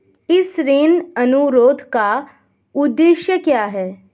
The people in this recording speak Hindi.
इस ऋण अनुरोध का उद्देश्य क्या है?